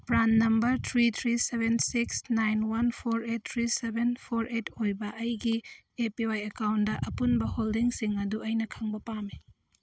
PRAN number three three seven six nine one four eight three seven four eight ꯑꯣꯏꯕ ꯑꯩꯒꯤ A P Y ꯑꯦꯀꯥꯎꯟꯗ ꯑꯄꯨꯟꯕ ꯍꯣꯜꯗꯤꯡꯁꯤꯡ ꯑꯗꯨ ꯑꯩꯅ ꯈꯪꯕ ꯄꯥꯝꯃꯤ